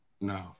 No